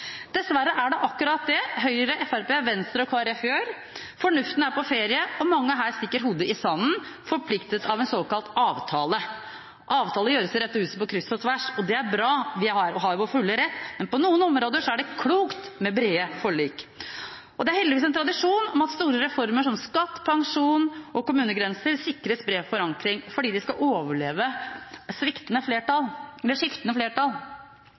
Dessverre er det akkurat det Høyre, Fremskrittspartiet, Venstre og Kristelig Folkeparti gjør. Fornuften er på ferie, og mange her stikker hodet i sanden, forpliktet av en såkalt avtale. Avtaler gjøres i dette huset på kryss og tvers, og det er bra, vi er i vår fulle rett. Men på noen områder er det klokt med brede forlik. Og det er heldigvis tradisjon for at store reformer som skatt, pensjon og kommunegrenser sikres bred forankring, for de skal overleve skiftende flertall.